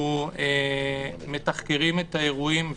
אנחנו מתחקרים את האירועים,